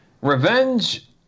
Revenge